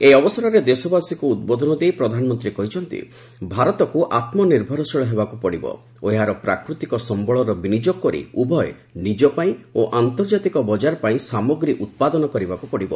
ଏହି ଅବସରରେ ଦେଶବାସୀଙ୍କୁ ଉଦ୍ବୋଧନ ଦେଇ ପ୍ରଧାନମନ୍ତ୍ରୀ କହିଛନ୍ତି ଭାରତକୁ ଆତ୍ମନିର୍ଭରଶୀଳ ହେବାକୁ ପଡ଼ିବ ଓ ଏହାର ପ୍ରାକୃତିକ ସମ୍ପଳର ବିନିଯୋଗ କରି ଉଭୟ ନିଜ ପାଇଁ ଓ ଆନ୍ତର୍ଜାତିକ ବଜାର ପାଇଁ ସାମଗ୍ରୀ ଉତ୍ପାଦନ କରିବାକୁ ପଡ଼ିବ